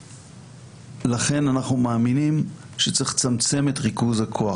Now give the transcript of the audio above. ולכן אנחנו מאמינים שצריך צמצם את ריכוז הכוח.